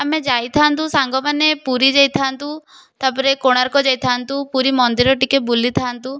ଆମେ ଯାଇଥାନ୍ତୁ ସାଙ୍ଗମାନେ ପୁରୀ ଯାଇଥାଆନ୍ତୁ ତାପରେ କୋଣାର୍କ ଯାଇଥାଆନ୍ତୁ ପୁରୀ ମନ୍ଦିର ଟିକେ ବୁଲିଥାଆନ୍ତୁ